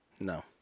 No